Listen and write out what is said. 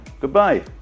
goodbye